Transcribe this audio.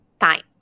time